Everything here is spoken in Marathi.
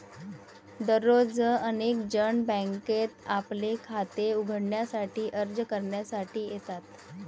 दररोज अनेक जण बँकेत आपले खाते उघडण्यासाठी अर्ज करण्यासाठी येतात